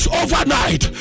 overnight